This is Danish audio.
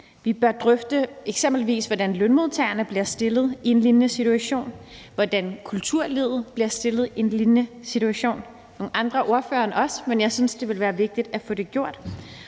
Vi bør eksempelvis drøfte, hvordan lønmodtagerne bliver stillet i en lignende situation, og hvordan kulturlivet bliver stillet i en lignende situation. Det bliver nogle andre ordførere end os, men jeg synes, det vil være vigtigt at få det gjort.